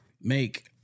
make